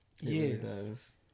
Yes